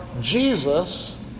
Jesus